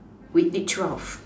we did twelve